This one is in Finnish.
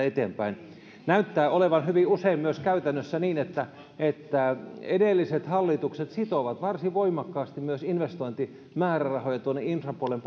eteenpäin näyttää olevan hyvin usein käytännössä myös niin että että edelliset hallitukset sitovat varsin voimakkaasti myös investointimäärärahoja tuonne infrapuolen